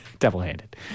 Double-handed